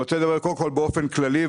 אני רוצה לדבר באופן כללי,